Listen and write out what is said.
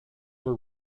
were